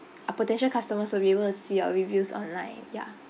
uh potential customers will be able to see your reviews online ya